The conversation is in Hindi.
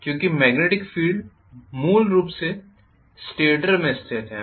क्योंकि मॅग्नेटिक फील्ड मूल रूप से स्टेटर में स्थित है